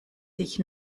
sich